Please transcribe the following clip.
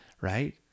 right